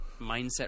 mindset